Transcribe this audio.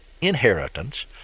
inheritance